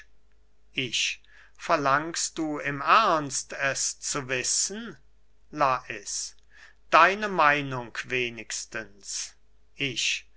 ich verlangst du im ernst es zu wissen lais deine meinung wenigstens ich